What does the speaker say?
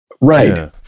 right